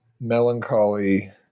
melancholy